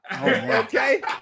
okay